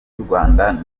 yurwanda